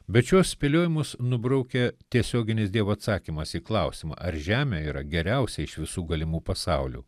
bet šiuos spėliojimus nubraukia tiesioginis dievo atsakymas į klausimą ar žemė yra geriausia iš visų galimų pasaulių